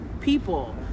people